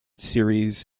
series